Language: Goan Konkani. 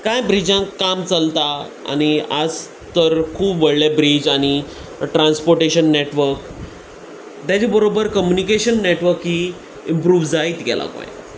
कांय ब्रिजांक काम चलता आनी आज तर खूब व्हडले ब्रीज आनी ट्रांसपोटेशन नॅटवर्क तेजे बरोबर कम्युनिकेशन नॅटवर्क ही इम्प्रूव जायत गेला गोंयान